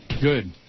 Good